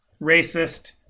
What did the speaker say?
racist